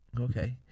okay